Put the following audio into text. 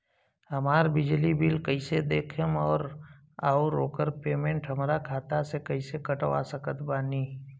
हमार बिजली बिल कईसे देखेमऔर आउर ओकर पेमेंट हमरा खाता से कईसे कटवा सकत बानी?